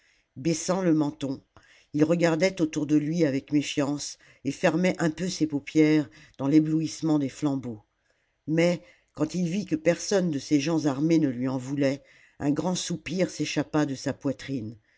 baissant le menton il regardait autour de lui avec méfiance et fermait un peu ses paupières dans l'éblouissement des flambeaux quand il vit que personne de ces gens armés ne lui en voulait un grand soupir s'échappa de sa poitrine